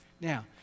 Now